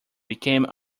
became